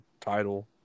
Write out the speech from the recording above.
title